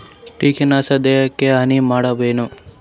ಕೀಟನಾಶಕ ದೇಹಕ್ಕ ಹಾನಿ ಮಾಡತವೇನು?